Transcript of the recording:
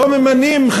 לא ממנים,